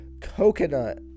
Coconut